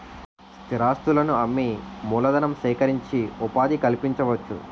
స్థిరాస్తులను అమ్మి మూలధనం సేకరించి ఉపాధి కల్పించవచ్చు